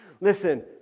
Listen